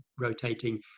rotating